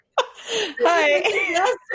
hi